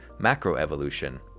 macroevolution